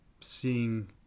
seeing